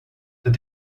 that